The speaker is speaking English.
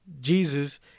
Jesus